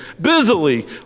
busily